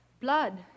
blood